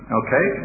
okay